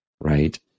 right